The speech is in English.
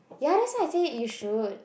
ya that's why I say you should